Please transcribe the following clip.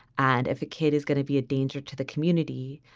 and if a kid is going to be a danger to the community,